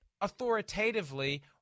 authoritatively